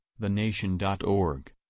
thenation.org